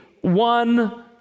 one